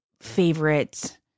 favorite